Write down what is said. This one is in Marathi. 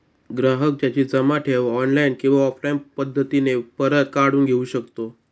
ग्राहक त्याची जमा ठेव ऑनलाईन किंवा ऑफलाईन पद्धतीने परत काढून घेऊ शकतो